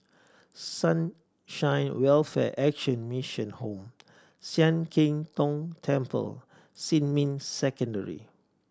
Sunshine Welfare Action Mission Home Sian Keng Tong Temple Xinmin Secondary